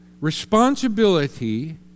responsibility